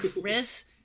Chris